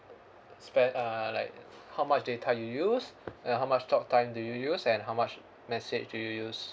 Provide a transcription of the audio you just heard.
spend uh like how much data you use and how much talk time do you use and how much message do you use